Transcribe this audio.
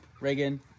Reagan